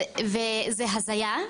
וזה הזייה,